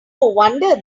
wonder